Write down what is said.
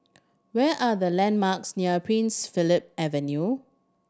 what are the landmarks near Prince Philip Avenue